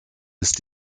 ist